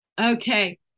Okay